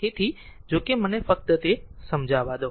તેથી જોકે મને ફક્ત તે સમજાવા દો